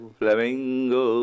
flamingo